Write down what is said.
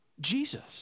Jesus